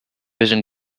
vision